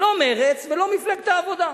לא מרצ ולא מפלגת העבודה.